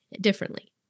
differently